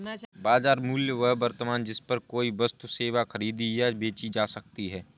बाजार मूल्य वह वर्तमान जिस पर कोई वस्तु सेवा खरीदी या बेची जा सकती है